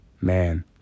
Man